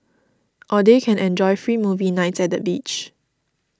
or they can enjoy free movie nights at the beach